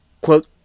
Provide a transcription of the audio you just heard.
Quote